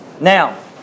Now